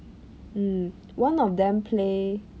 mm one of them play